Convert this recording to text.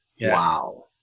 Wow